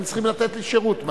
הם צריכים לתת לי שירות.